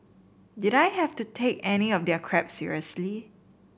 did I have to take any of their crap seriously